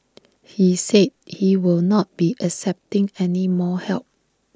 he said he will not be accepting any more help